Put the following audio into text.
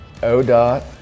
ODOT